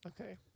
Okay